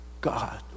God